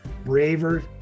braver